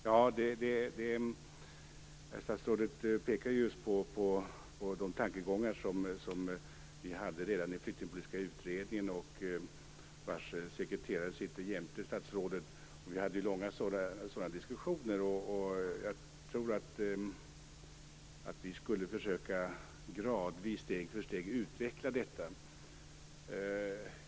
Herr talman! Statsrådet pekar just på de tankegångar som vi hade redan i Flyktingpolitiska utredningen, vars sekreterare nu sitter jämte statsrådet. Vi hade långa sådana diskussioner, och jag tror att vi borde försöka att gradvis, steg för steg, utveckla detta.